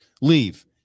leave